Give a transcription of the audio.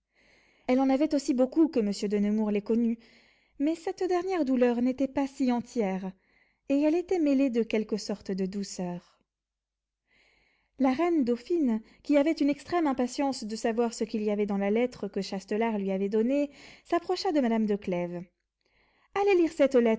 elle en avait aussi beaucoup que monsieur de nemours les connût mais cette dernière douleur n'était pas si entière et elle était mêlée de quelque sorte de douceur la reine dauphine qui avait une extrême impatience de savoir ce qu'il y avait dans la lettre que châtelart lui avait donnée s'approcha de madame de clèves allez lire cette